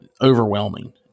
overwhelming